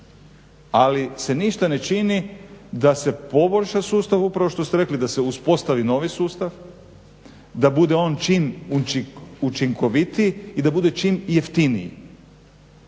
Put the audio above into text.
ali se ništa ne čini da se poboljša sustav, upravo što ste rekli da se uspostavi novi sustav, da bude on čim učinkovitiji i da bude čim jeftiniji,